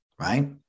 right